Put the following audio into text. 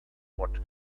what